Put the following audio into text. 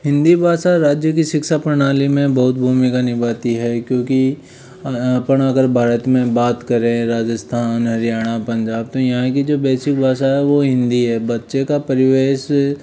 हिंदी भाषा राज्य के शिक्षा प्रणाली में बहुत भूमिका निभाती है क्योंकि अपन अगर भारत में बात करें राजस्थान हरियाणा पंजाब तो यहाँ की जो बेसिक भाषा है वो हिंदी है बच्चे का परिवेश